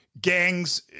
gangs